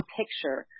picture